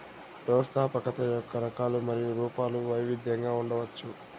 వ్యవస్థాపకత యొక్క రకాలు మరియు రూపాలు వైవిధ్యంగా ఉండవచ్చు